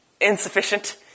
insufficient